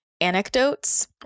Anecdotes